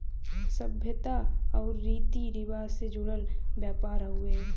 सभ्यता आउर रीती रिवाज से जुड़ल व्यापार हउवे